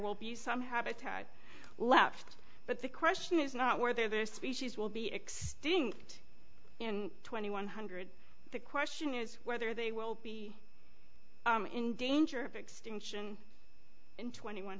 will be some habitat left but the question is not where their species will be extinct in twenty one hundred the question is whether they will be in danger of extinction in twenty one